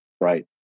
right